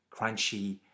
crunchy